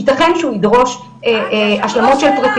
יתכן שהוא ידרוש השלמות של פרטים.